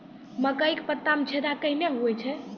मकई के पत्ता मे छेदा कहना हु छ?